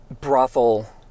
brothel